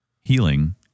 healing